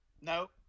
No